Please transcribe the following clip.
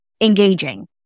engaging